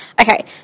Okay